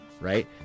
right